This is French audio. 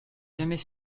jamais